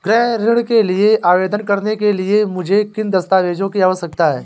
गृह ऋण के लिए आवेदन करने के लिए मुझे किन दस्तावेज़ों की आवश्यकता है?